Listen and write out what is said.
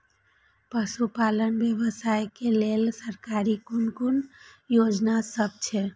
पशु पालन व्यवसाय के लेल सरकारी कुन कुन योजना सब छै?